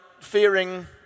fearing